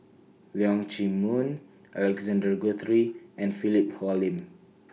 Leong Chee Mun Alexander Guthrie and Philip Hoalim